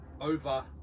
over